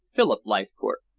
philip leithcourt.